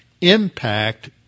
impact